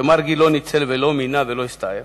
שמרגי לא ניצל, לא מינה ולא הסתער.